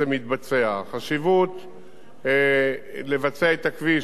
לבצע את הכביש היא גם תחבורתית וגם בטיחותית.